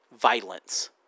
violence